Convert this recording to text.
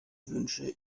wünsche